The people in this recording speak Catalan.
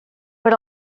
per